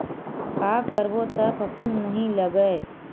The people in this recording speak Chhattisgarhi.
का करबो त फफूंद नहीं लगय?